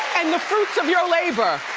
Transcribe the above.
and the fruits of your labor.